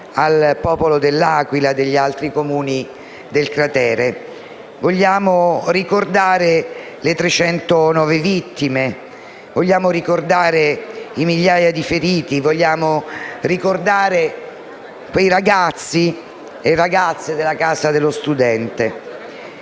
al popolo dell'Aquila e degli altri Comuni del cratere. Vogliamo ricordare le 309 vittime, vogliamo ricordare le migliaia di feriti, vogliamo ricordare i ragazzi e le ragazze della Casa dello studente.